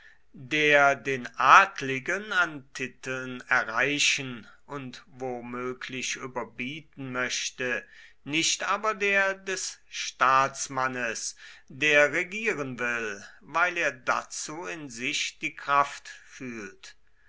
der den adligen an titeln erreichen und womöglich überbieten möchte nicht aber der des staatsmannes der regieren will weil er dazu in sich die kraft fühlt